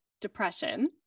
depression